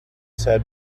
said